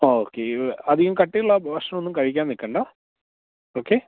okay അധികം കട്ടിയുള്ള ഭക്ഷണമൊന്നും കഴിക്കാന് നില്ക്കേണ്ട ഓക്കെ